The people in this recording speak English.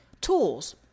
Tools